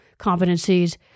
competencies